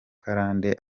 karande